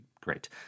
great